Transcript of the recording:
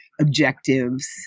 objectives